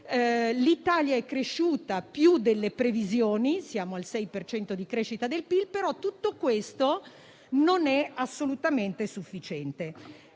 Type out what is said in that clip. l'Italia è cresciuta più delle previsioni (siamo al 6 per cento di crescita del PIL), però tutto questo non è assolutamente sufficiente.